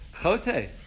Chote